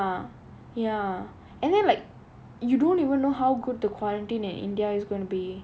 ya ya and then like you don't even know how good the quarantine is india is going to be